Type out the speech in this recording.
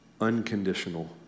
unconditional